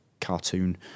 cartoon